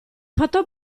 fatto